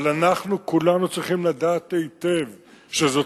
אבל אנחנו כולנו צריכים לדעת היטב שזאת